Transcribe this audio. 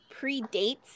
predates